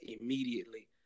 immediately